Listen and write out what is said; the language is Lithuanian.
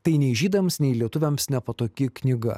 tai nei žydams nei lietuviams nepatogi knyga